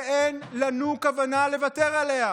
ואין לנו כוונה לוותר עליה.